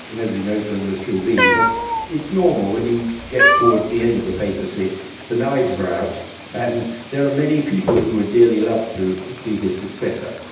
nobody knows when this will be but it's normal when you get towards the end of a papacy the knives are out and there are many people who would dearly love to be his successor.